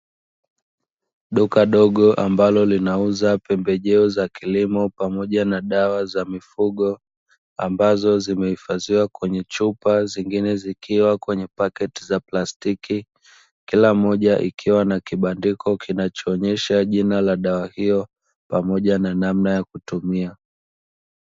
Duka dogo ambalo linauza pembejeo za kilimo pamoja na dawa za mifugo ambazo zimehifadhiwa kwenye chupa zingine zikiwa kwenye paketi za plastiki. kila moja ikiwa na kibandiko kinachoonyesha jina la dawa hiyo pamoja na namna ya kutumia.